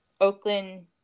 oakland